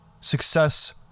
success